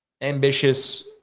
ambitious